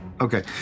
Okay